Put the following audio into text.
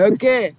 Okay